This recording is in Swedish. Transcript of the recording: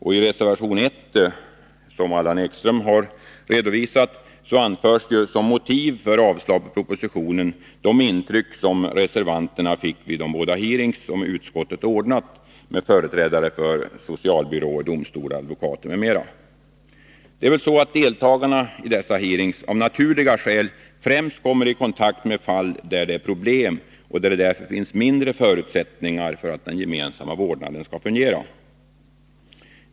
I reservation 1, som Allan Ekström har redovisat, anförs som motiv för avslag på propositionen de intryck reservanterna fick vid de båda hearings som utskottet ordnat med företrädare för socialbyråer, domstolar och advokater m.fl. Det är väl så, att deltagarna i dessa hearings av naturliga skäl främst kommer i kontakt med fall där det är problem och där det därför finns mindre förutsättningar för att den gemensamma vårdnaden skall fungera.